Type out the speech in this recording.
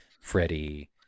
Freddie